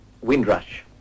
Windrush